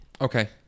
Okay